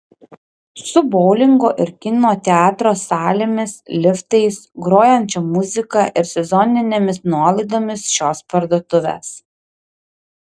su boulingo ir kino teatro salėmis liftais grojančia muzika ir sezoninėmis nuolaidomis šios parduotuvės